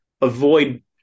avoid